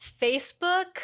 Facebook